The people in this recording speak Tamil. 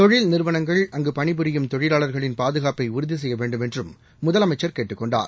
தொழில் நிறுவனங்கள் அங்கு பணி புரியும் தொழிலாளா்களின் பாதுகாப்பை உறுதி செய்ய வேண்டுமென்றும் முதலமைச்சா் கேட்டுக்கொண்டார்